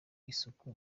isuka